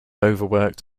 overworked